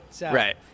Right